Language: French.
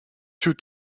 sous